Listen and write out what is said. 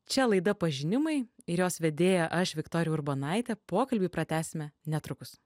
čia laida pažinimai ir jos vedėja aš viktorija urbonaitė pokalbį pratęsime netrukus